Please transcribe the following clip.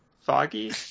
Foggy